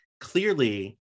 Clearly